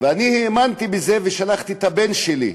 ואני האמנתי בזה, ושלחתי את הבן שלי,